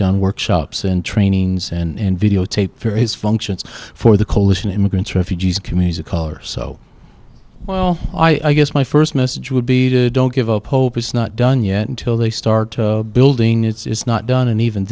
done workshops and trainings and videotape for his functions for the coalition immigrants refugees communities of color so well i guess my first message would be don't give up hope it's not done yet until they start building it's not done and even